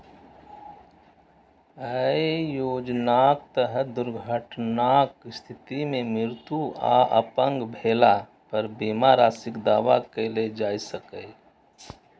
अय योजनाक तहत दुर्घटनाक स्थिति मे मृत्यु आ अपंग भेला पर बीमा राशिक दावा कैल जा सकैए